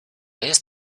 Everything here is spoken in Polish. jest